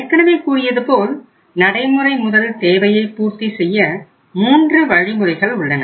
ஏற்கனவே கூறியது போல் நடைமுறை முதல் தேவையை பூர்த்தி செய்ய மூன்று வழிமுறைகள் உள்ளன